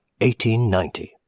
1890